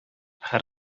һәр